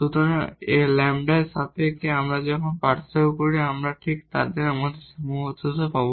সুতরাং λ এর সাপেক্ষে যখন আমরা পার্থক্য করি আমরা ঠিক আমাদের সীমাবদ্ধতা পাব